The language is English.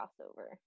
crossover